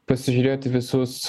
pasižiūrėti visus